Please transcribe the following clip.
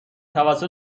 توسط